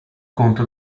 conto